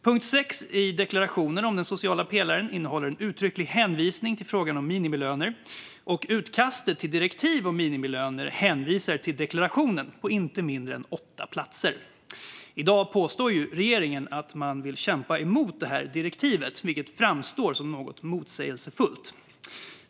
Punkt 6 i deklarationen om den sociala pelaren innehåller en uttrycklig hänvisning till frågan om minimilöner, och utkastet till direktiv om minimilöner hänvisar till deklarationen på inte mindre än åtta platser. I dag påstår ju regeringen att man vill kämpa emot det här direktivet, vilket framstår som något motsägelsefullt.